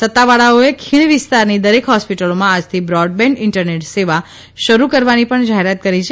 સત્તાવાળાઓએ ખીણવિસ્તારની દરેક હોસ્પીટલોમાં આજથી બ્રોડબેન્ડ ઇન્ટરનેટ સેવા શરૂ કરવાની પણ જાહેરાત કરી છે